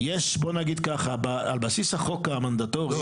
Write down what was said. על בסיס החוק המנדטורי,